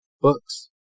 books